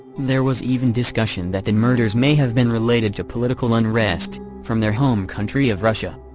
there was even discussion that the murders may have been related to political unrest from their home country of russia.